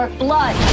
blood